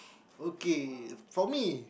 okay for me